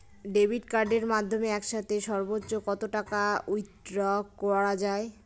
Debit কার্ডের মাধ্যমে একসাথে সর্ব্বোচ্চ কত টাকা উইথড্র করা য়ায়?